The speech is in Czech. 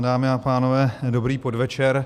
Dámy a pánové, dobrý podvečer.